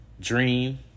Dream